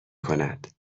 کند